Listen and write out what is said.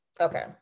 okay